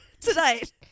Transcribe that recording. Tonight